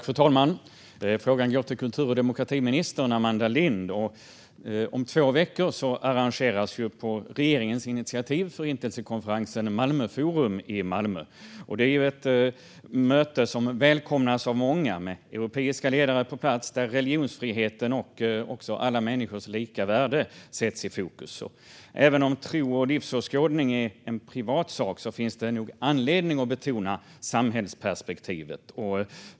Fru talman! Frågan går till kultur och demokratiminister Amanda Lind. Om två veckor arrangeras på regeringens initiativ förintelsekonferensen Malmö forum i Malmö. Det är ett möte som välkomnas av många och med europeiska ledare på plats och där religionsfriheten och alla människors lika värde sätts i fokus. Även om tro och livsåskådning är en privat sak finns det nog anledning att betona samhällsperspektivet.